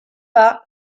pas